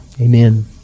amen